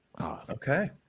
Okay